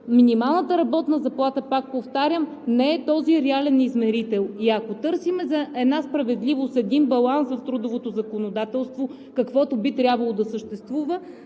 Минималната работна заплата, пак повтарям, не е този реален измерител. И ако търсим една справедливост, един баланс в трудовото законодателство, каквото би трябвало да съществува,